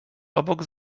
obok